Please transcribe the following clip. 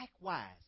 likewise